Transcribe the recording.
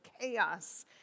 chaos